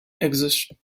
exist